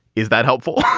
is that helpful?